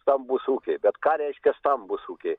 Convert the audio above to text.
stambūs ūkiai bet ką reiškia stambūs ūkiai